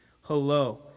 Hello